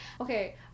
Okay